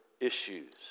issues